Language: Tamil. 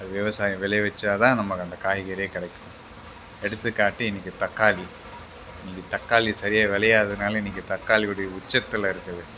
அதை விவசாயி விளைவித்தா தான் நம்மளை அந்த காய்கறியே கிடைக்கும் எடுத்துக்காட்டு இன்றைக்கி தக்காளி இன்றைக்கி தக்காளி சரியாக விளையாதுனால் இன்றைக்கி தக்காளியுடைய உச்சத்தில் இருக்குது